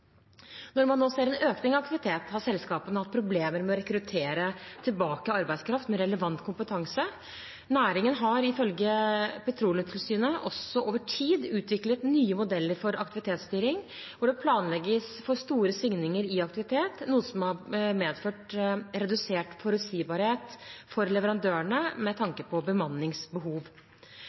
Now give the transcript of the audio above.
Når man nå ser en økning i aktivitet, har selskapene hatt problemer med å rekruttere tilbake arbeidskraft med relevant kompetanse. Næringen har ifølge Petroleumstilsynet også over tid utviklet nye modeller for aktivitetsstyring, hvor det planlegges for store svingninger i aktivitet, noe som har medført redusert forutsigbarhet for leverandørene med tanke på bemanningsbehov.